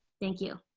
thank you.